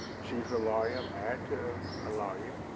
she's a lawyer married to a lawyer,